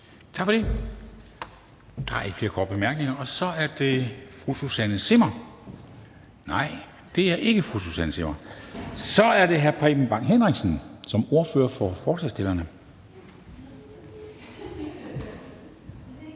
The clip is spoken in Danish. Kristensen): Der er ikke flere korte bemærkninger. Så er det fru Susanne Zimmer. Nej, det er ikke fru Susanne Zimmer. Så er det hr. Preben Bang Henriksen som ordfører for forslagsstillerne.